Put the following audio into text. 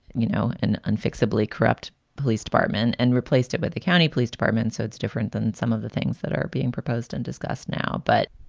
you know, an unfixable, corrupt police department and replaced it with the county police department? so it's different than some of the things that are being proposed and discussed now. but,